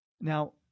Now